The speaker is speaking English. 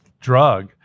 drug